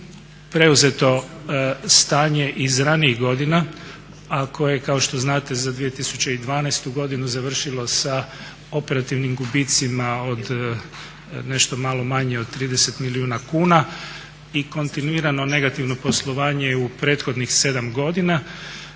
preuzeto stanje iz ranijih godina a koje kao što znate za 2012. godinu završilo sa operativnim gubicima od nešto malo manje od 30 milijuna kuna i kontinuirano negativno poslovanje u prethodnih 7 godina